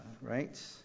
right